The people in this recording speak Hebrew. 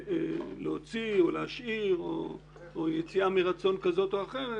להוציא או להשאיר או יציאה מרצון כזאת או אחרת,